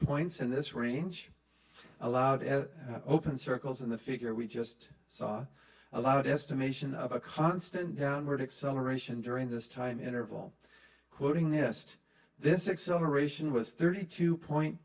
points in this range allowed as open circles in the figure we just saw a lot estimation of a constant downward acceleration during this time interval quoting missed this excel ration was thirty two point